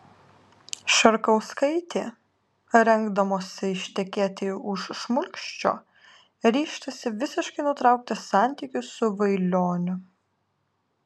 šarkauskaitė rengdamosi ištekėti už šmulkščio ryžtasi visiškai nutraukti santykius su vailioniu